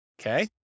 Okay